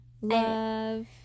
love